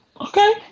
Okay